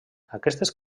aquestes